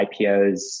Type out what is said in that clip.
IPOs